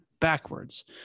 backwards